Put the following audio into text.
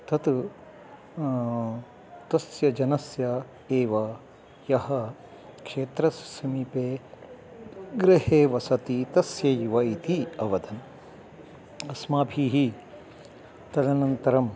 तत् तस्य जनस्य एव यः क्षेत्रस्य समीपे गृहे वसति तस्यैव इति अवदन् अस्माभिः तदनन्तरं